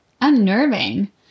unnerving